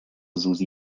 susi